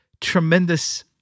tremendous